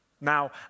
Now